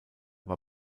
war